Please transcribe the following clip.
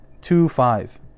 two-five